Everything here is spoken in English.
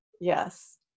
Yes